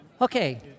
Okay